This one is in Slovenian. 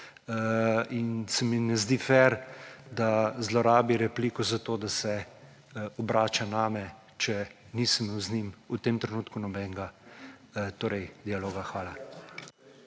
in se mi ne zdi fer, da zlorabi repliko za to, da se obrača name, če nisem imel z njim v tem trenutku nobenega dialoga. Hvala.